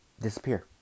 disappear